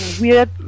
weird